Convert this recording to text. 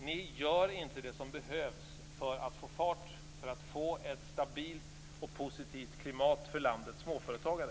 Ni gör inte det som behövs för att få fart, för att få ett stabilt och positivt klimat för landets småföretagare.